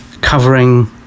covering